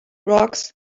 rocks